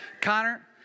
Connor